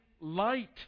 light